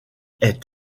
est